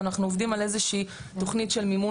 ואנחנו עובדים על איזושהי תוכנית של מימון